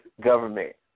government